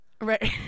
Right